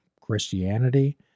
Christianity